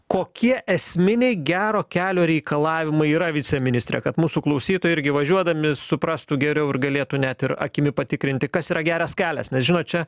kokie esminiai gero kelio reikalavimai yra viceministre kad mūsų klausytojai irgi važiuodami suprastų geriau ir galėtų net ir akimi patikrinti kas yra geras kelias nes žinot čia